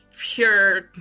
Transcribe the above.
pure